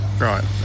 Right